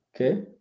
Okay